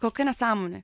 kokia nesąmonė